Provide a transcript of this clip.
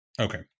Okay